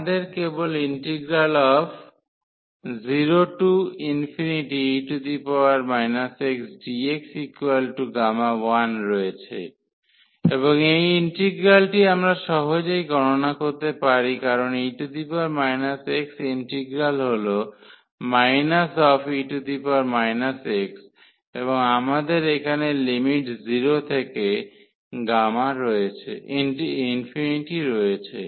আমাদের কেবল integral 0e xdxΓ1 রয়েছে এবং এই ইন্টিগ্রালটি আমরা সহজেই গণনা করতে পারি কারণ e x ইন্টিগ্রাল হল e x এবং আমাদের এখানে লিমিট 0 থেকে ∞ রয়েছে